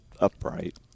upright